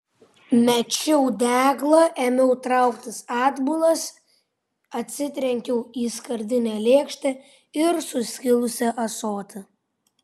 mečiau deglą ėmiau trauktis atbulas atsitrenkiau į skardinę lėkštę ir suskilusį ąsotį